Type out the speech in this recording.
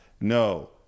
No